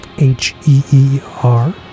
H-E-E-R